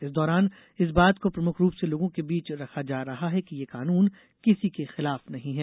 इस दौरान इस बात को प्रमुख रूप से लोगों के बीच रखा जा रहा है कि यह कानून किसी के खिलाफ नहीं है